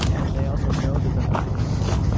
and they also know that they're not performing.